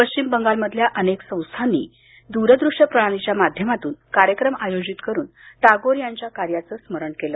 पश्चिम बंगालमधल्या अनेक संस्थांनी दूरदृष्य प्रणालीच्या माध्यमातून कार्यक्रम आयोजित करून टागोर यांच्या कार्याचं स्मरण केलं